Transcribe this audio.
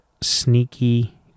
sneaky